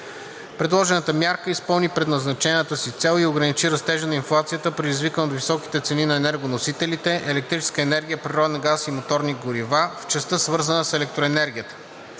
Предложената мярка изпълни предначертаната си цел и ограничи растежа на инфлацията, предизвикан от високите цени на енергоносителите – електрическа енергия, природен газ и моторни горива, в частта, свързана с електроенергията.